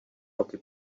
roky